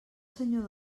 senyor